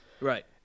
Right